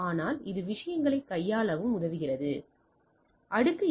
ஆனால் இது விஷயங்களைக் கையாளவும் உதவுகிறது என்பதைக் காண்கிறோம்